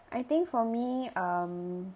I think for me um